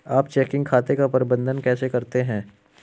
आप चेकिंग खाते का प्रबंधन कैसे करते हैं?